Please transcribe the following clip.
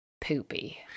poopy